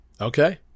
okay